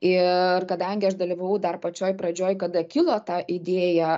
ir kadangi aš dalyvavau dar pačioj pradžioj kada kilo ta idėja